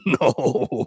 no